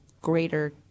greater